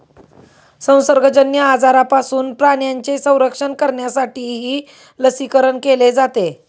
संसर्गजन्य आजारांपासून प्राण्यांचे संरक्षण करण्यासाठीही लसीकरण केले जाते